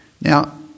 Now